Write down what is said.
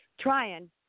Trying